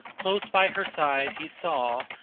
close by her side he saw,